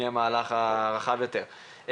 מהמלך הרחב יותר.